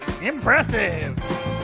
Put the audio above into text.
Impressive